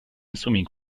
swimming